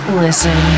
listen